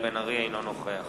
אינו נוכח